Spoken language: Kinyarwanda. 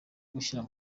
gushyira